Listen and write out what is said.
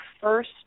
first